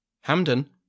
Hamden